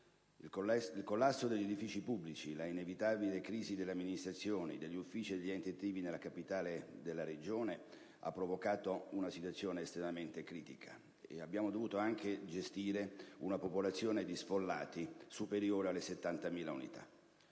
Il collasso degli edifici pubblici e l'inevitabile crisi delle amministrazioni, degli uffici e degli enti attivi nel capoluogo della Regione hanno provocato una situazione estremamente critica. Abbiamo dovuto inoltre gestire una popolazione di sfollati superiore alle 70.000 unità.